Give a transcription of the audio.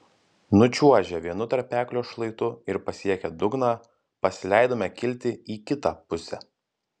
nučiuožę vienu tarpeklio šlaitu ir pasiekę dugną pasileidome kilti į kitą pusę